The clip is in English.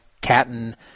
Catton